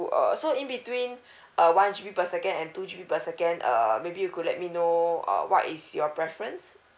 err so in between uh one G_B per second and two G_B per second err maybe you could let me know uh what is your preference